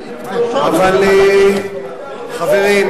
אגב,